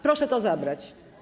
Proszę to zabrać.